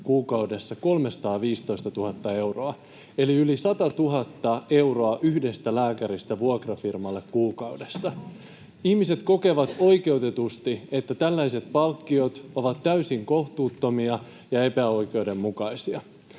kuukaudessa, eli yli satatuhatta euroa yhdestä lääkäristä vuokrafirmalle kuukaudessa. Ihmiset kokevat oikeutetusti, että tällaiset palkkiot ovat täysin kohtuuttomia ja epäoikeudenmukaisia.